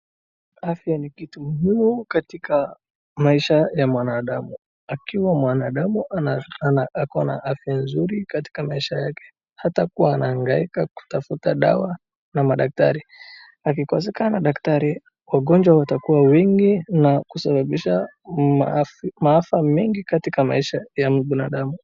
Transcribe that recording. Afya ni kitu muhimu katika maisha ya mwanadamu. Akiwa mwadamu ako na afya nzuri katika maisha yake hatakuwa anahaingaika kutafuta dawa na madaktari. Akikosekana daktari wagonjwa watakuwa wengi na kusababisha maaafa mengi katika maisha ya binadamu.